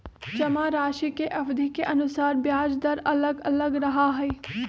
जमाराशि के अवधि के अनुसार ब्याज दर अलग अलग रहा हई